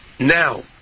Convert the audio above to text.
Now